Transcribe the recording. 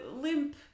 limp